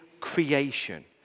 creation